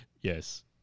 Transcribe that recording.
yes